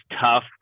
tough